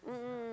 mm mm